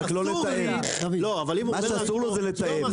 מה שאסור לו זה לתאם,